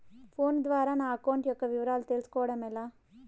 Phone ద్వారా నా account యొక్క వివరాలు తెలుస్కోవడం ఎలా?